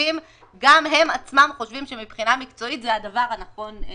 גם הם עצמם חושבים שמבחינה מקצועית זה הדבר הנכון לעשות.